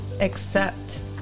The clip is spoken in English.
accept